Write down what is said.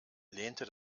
lehnte